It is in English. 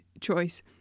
choice